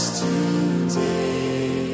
today